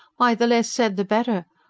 why the less said the better.